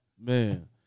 man